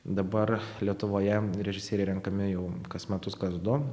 dabar lietuvoje režisieriai renkami jau kas metus kas du